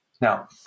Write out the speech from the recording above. Now